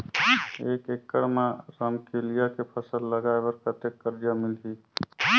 एक एकड़ मा रमकेलिया के फसल लगाय बार कतेक कर्जा मिलही?